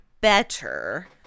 better